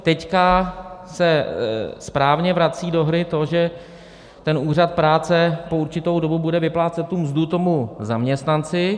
Teď se správně vrací do hry to, že ten úřad práce po určitou dobu bude vyplácet mzdu tomu zaměstnanci.